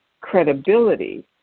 credibility